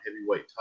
Heavyweight